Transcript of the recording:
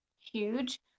huge